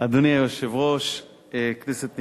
אדוני היושב-ראש, כנסת נכבדה,